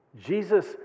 Jesus